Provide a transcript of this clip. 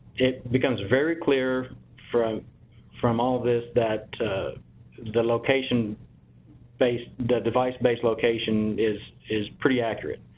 it becomes very clear from from all this that the location based. the device based location is is pretty accurate.